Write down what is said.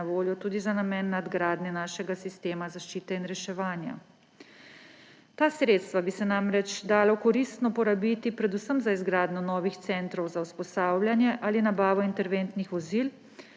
na voljo tudi za namen nadgradnje našega sistema zaščite in reševanja. Ta sredstva bi se namreč dalo koristno porabiti predvsem za izgradnjo novih centrov za usposabljanje ali nabavo interventnih vozil,